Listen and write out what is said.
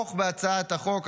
לתמוך בהצעת החוק.